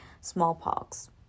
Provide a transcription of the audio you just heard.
smallpox